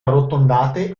arrotondate